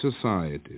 society